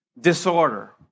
Disorder